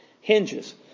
hinges